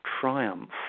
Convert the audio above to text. triumph